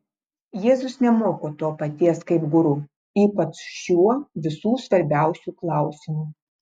jėzus nemoko to paties kaip guru ypač šiuo visų svarbiausiu klausimu